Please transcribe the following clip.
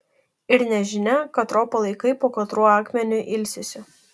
ir nežinia katro palaikai po katruo akmeniu ilsisi